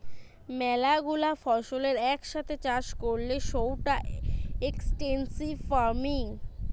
ম্যালা গুলা ফসলের এক সাথে চাষ করলে সৌটা এক্সটেন্সিভ ফার্মিং